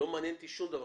לא מעניין אותי שום דבר.